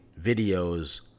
videos